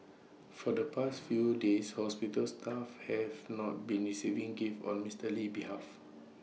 for the past few days hospital staff have not been receiving gifts on Mister Lee's behalf